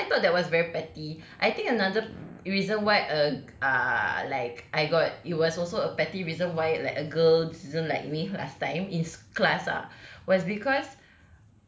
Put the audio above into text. so I thought that was very petty I think another reason why err ah like I got it was also a petty reason why like a girl didn't like me last time in class ah was because